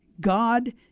God